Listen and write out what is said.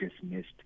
dismissed